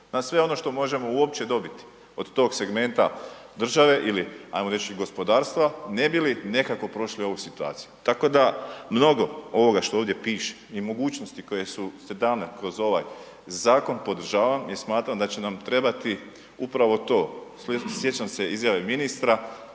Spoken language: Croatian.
na sve ono što možemo uopće dobiti od tog segmenta države ili ajmo reći gospodarstva, ne bi li nekako prošli ovu situaciju. Tako da mnogo ovoga što ovdje piše i mogućnosti koje su dane kroz ovaj zakon podržavam jer smatram da će nam trebati upravo to. Sjećam se izjave ministra